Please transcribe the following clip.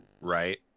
Right